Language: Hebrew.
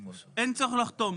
אין צורך לחתום.